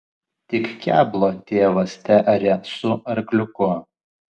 tik keblo tėvas tearė su arkliuku